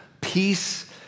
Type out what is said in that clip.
peace